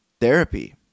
therapy